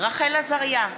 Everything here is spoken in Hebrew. רחל עזריה,